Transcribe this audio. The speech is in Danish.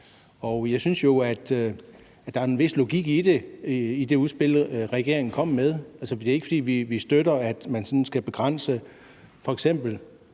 Og jeg synes jo, at der er en vis logik i det udspil, regeringen kom med. Det er ikke, fordi vi støtter, at man sådan skal begrænse f.eks.